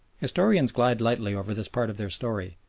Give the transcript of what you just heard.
historians glide lightly over this part of their story,